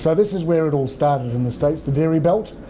so this is where it all started in the states, the dairy belt,